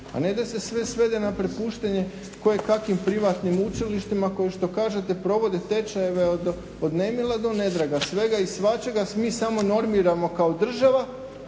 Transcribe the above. A ne da se sve svede na prepuštanje koje kakvim privatnim učilištima koji što kažete provode tečajeve od nemila do nedraga, svega i svačega, mi smo normiramo kao država,